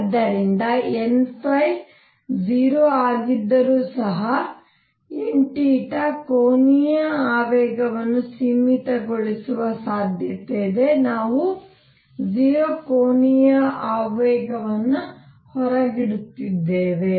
ಆದ್ದರಿಂದ n 0 ಆಗಿದ್ದರೂ ಸಹ n ಕೋನೀಯ ಆವೇಗವನ್ನು ಸೀಮಿತಗೊಳಿಸುವ ಸಾಧ್ಯತೆಯಿದೆ ನಾವು 0 ಕೋನೀಯ ಆವೇಗವನ್ನು ಹೊರಗಿಡುತ್ತಿದ್ದೇವೆ